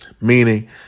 Meaning